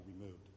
removed